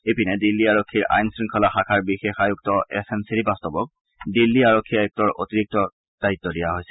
ইপিনে দিল্লী আৰক্ষীৰ আইন শৃংখলা শাখাৰ বিশেষ আয়ুক্ত এছ এন শ্ৰীবাস্তৱক দিল্লী আৰক্ষী আয়ুক্তৰ অতিৰিক্ত দায়িত্ব দিয়া হৈছে